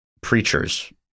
preachers